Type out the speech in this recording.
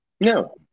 No